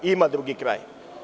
Ima drugi kraj.